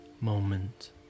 moment